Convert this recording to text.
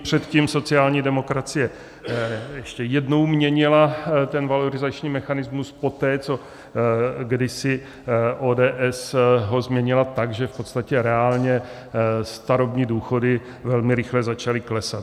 Předtím sociální demokracie ještě jednou měnila ten valorizační mechanismus poté, co kdysi ODS ho změnila tak, že v podstatě reálně starobní důchody velmi rychle začaly klesat.